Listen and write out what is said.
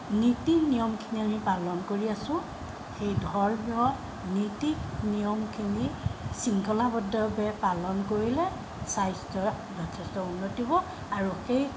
নীতি নিয়মখিনি আমি পালন কৰি আছোঁ সেই ধৰ্মীয় নীতি নিয়মখিনি শৃংখলাবদ্ধভাৱে পালন কৰিলে স্বাস্থ্যৰ যথেষ্ট উন্নতি হ'ব আৰু সেই